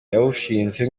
yawushinze